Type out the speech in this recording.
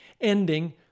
ending